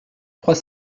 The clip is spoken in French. trois